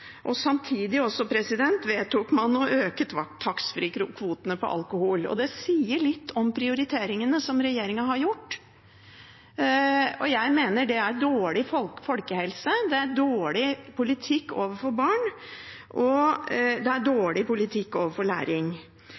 vedtok man å øke taxfreekvoten på alkohol. Det sier litt om prioriteringene som regjeringen har gjort. Jeg mener det er dårlig folkehelse, det er dårlig politikk overfor barna, og det er dårlig politikk